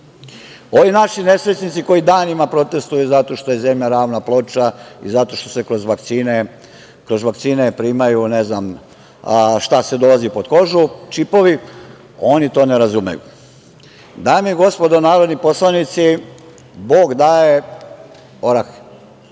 Ovi naši nesrećnici koji danima protestvuju zato što je zemlja ravna ploča i zato što se kroz vakcine primaju, ne znam šta sve dolazi pod kožu, čipovi, oni to ne razumeju. Dame i gospodo narodni poslanici, Bog daje orah,